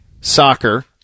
soccer